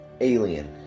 Alien